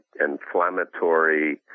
inflammatory